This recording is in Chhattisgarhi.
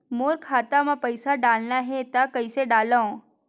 मोर खाता म पईसा डालना हे त कइसे डालव?